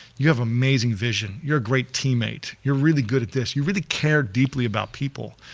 you have amazing vision, you're a great teammate, you're really good at this, you really cared deeply about people.